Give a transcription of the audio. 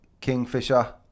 Kingfisher